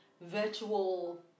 virtual